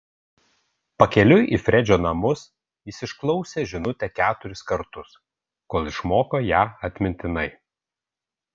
pakeliui į fredžio namus jis išklausė žinutę keturis kartus kol išmoko ją atmintinai